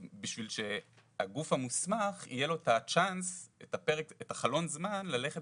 בשביל שלגוף המוסמך יהיה את חלון הזמן ללכת